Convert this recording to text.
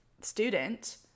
student